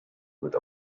with